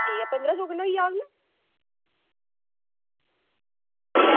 ठीक ऐ पंदरां सौ रपे कन्नै होई जाह्ग